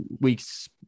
weeks